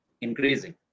increasing